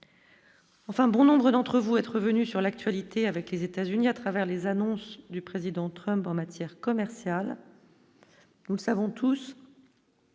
Enfin, bon nombre d'entre vous êtes revenu sur l'actualité avec les États-Unis à travers les annonces du président Trump en matière commerciale, nous le savons tous